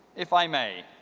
if i may,